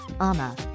Ama